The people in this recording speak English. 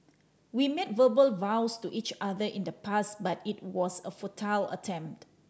we made verbal vows to each other in the past but it was a futile attempt